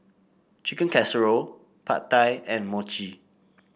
Chicken Casserole Pad Thai and Mochi